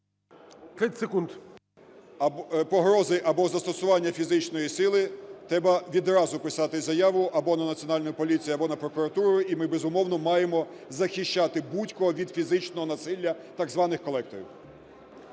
Ю.В. ...погрози або застосування фізичної сили, треба відразу писати заяву або на Національну поліцію, або на прокуратуру, і ми, безумовно, маємо захищати будь-кого від фізичного насилля так званих колекторів.